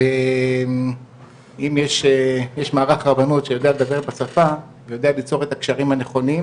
ואם יש מערך הבנות שיודע לדבר בשפה ויודע ליצור את הקשרים הנכונים,